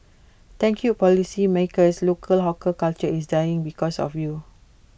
thank you policymakers local hawker culture is dying because of you